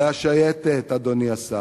אדוני השר,